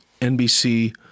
NBC